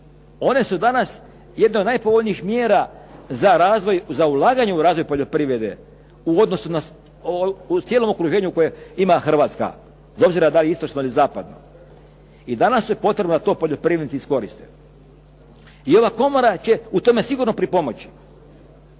One su danas jedne od najpovoljnijih mjera za razvoj, za ulaganje u razvoj poljoprivrede u cijelom okruženju koje ima Hrvatska, bez obzira da li istočno ili zapadno. I danas je potrebno da to poljoprivrednici iskoriste i ova komora će u tome sigurno pripomoći.